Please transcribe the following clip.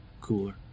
cooler